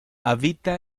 habita